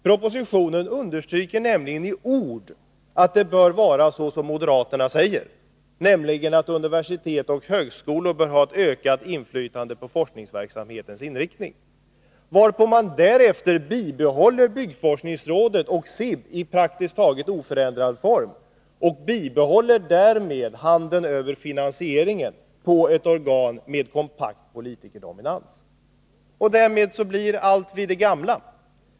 Propositionen understry ker nämligen i ord att det bör vara så som moderaterna säger, nämligen att universitet och högskolor bör ha ett ökat inflytande på forskningsverksamhetens inriktning. Därefter framhålls att man vill bibehålla byggforskningsrådet och SIB i praktiskt taget oförändrad form och därmed ha kvar sin hand över finansieringen av ett organ med kompakt politikerdominans. Därmed blir allt vid det gamla.